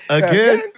again